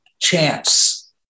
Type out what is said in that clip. chance